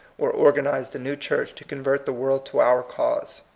or organize the new church to convert the world to our cause.